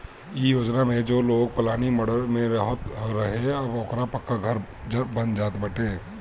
इ योजना में जे लोग पलानी मड़इ में रहत रहे अब ओकरो पक्का घर बन जात बाटे